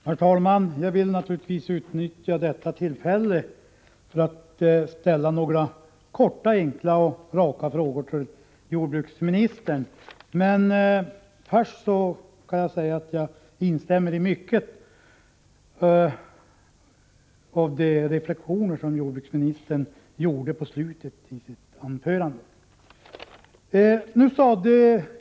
Herr talman! Jag vill naturligtvis utnyttja detta tillfälle för att ställa några korta, enkla och raka frågor till jordbruksministern. Men först vill jag säga att jag instämmer i många av de reflexioner som jordbruksministern gjorde i slutet av sitt anförande.